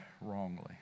wrongly